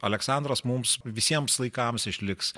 aleksandras mums visiems laikams išliks